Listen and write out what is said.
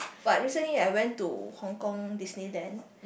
but recently I went to Hong-Kong Disneyland